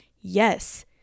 Yes